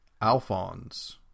Alphonse